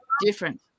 different